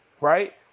right